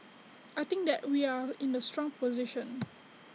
I think that we are in A strong position